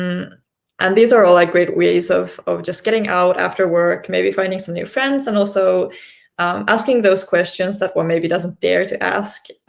and these are like great ways of of getting out after work, maybe finding some new friends, and also asking those questions that one maybe doesn't dare to ask